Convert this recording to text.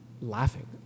laughing